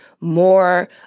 more